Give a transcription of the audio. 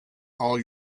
all